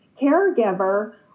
caregiver